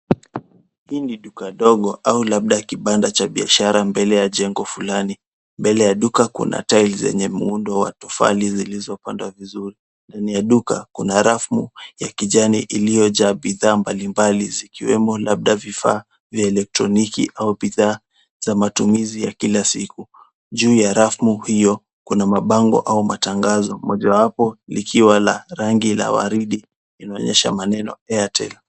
Hii ni duka dogo au labda kibanda cha biashara mbele ya jengo fulani. Mbele ya duka kuna tiles zenye muundo wa tofali zilizopandwa vizuri. Ndani ya duka, kuna rafu ya kijani iliyojaa bidhaa mbalimbali zikiwemo labda vifaa vya elektroniki au bidhaa za matumizi ya kila siku. Juu ya rafu hio, kuna mabango au matangazo. Mojawapo likiwa la rangi la waridi linaonyesha maneno Airtel.